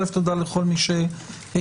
תודה לכל מי שהגיע,